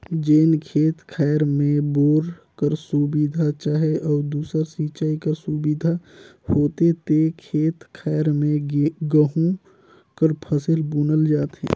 जेन खेत खाएर में बोर कर सुबिधा चहे अउ दूसर सिंचई कर सुबिधा होथे ते खेत खाएर में गहूँ कर फसिल बुनल जाथे